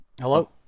Hello